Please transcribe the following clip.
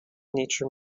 nature